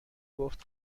گفت